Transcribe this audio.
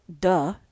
duh